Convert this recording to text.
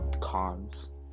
cons